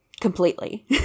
completely